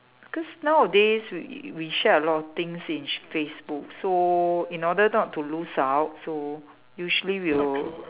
because nowadays we we share a lot of things in Facebook so in order not to lose out so usually we'll